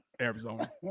Arizona